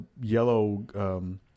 yellow